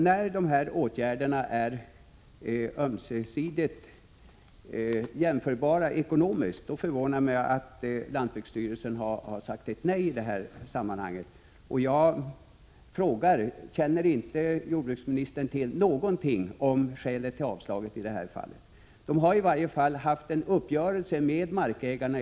När åtgärderna är ömsesidigt jämförbara ekonomiskt förvånar det mig att lantbruksstyrelsen har sagt nej i det fall som jag har tagit upp i min fråga. Känner inte jordbruksministern till något om skälet till avslag? Det har i varje fall funnits uppgörelser med markägarna.